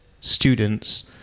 students